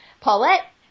Paulette